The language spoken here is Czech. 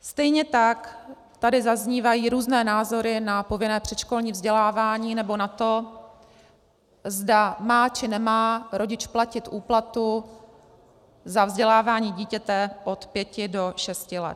Stejně tak tady zaznívají různé názory na povinné předškolní vzdělávání nebo na to, zda má či nemá rodič platit úplatu za vzdělávání dítěte od pěti do šesti let.